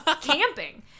camping